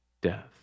death